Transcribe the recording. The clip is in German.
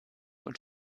und